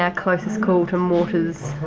yeah closest call to mortars